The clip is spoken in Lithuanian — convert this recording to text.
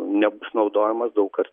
nebus naudojama daug kart